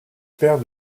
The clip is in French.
père